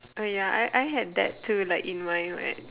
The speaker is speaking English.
I mean ya I I had that too like in my when